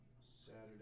Saturday